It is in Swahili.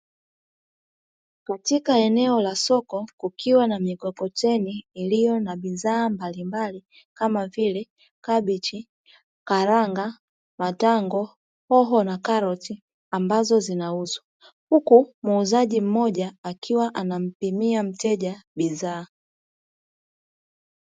Katika eneo la soko kukiwa na mikokoteni iliyo na bidhaa mbalimbali kama vile kabechi, karanga, matango, hoho na karoti ambazo zinauzwa huku muuzaji mmoja akiwa anampimia mteja bidhaa.